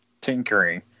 tinkering